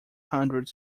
hundred